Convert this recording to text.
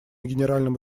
генеральному